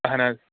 اہَن حظ